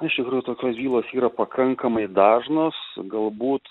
iš tikrųjų tokios bylos yra pakankamai dažnos galbūt